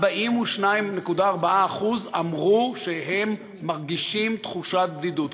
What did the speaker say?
42.4% אמרו שהם מרגישים תחושת בדידות,